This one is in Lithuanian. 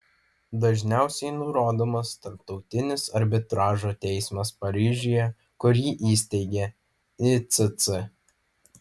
dažniausiai nurodomas tarptautinis arbitražo teismas paryžiuje kurį įsteigė icc